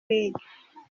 league